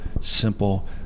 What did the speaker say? simple